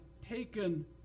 taken